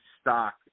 stock